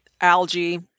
algae